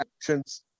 actions